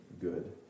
good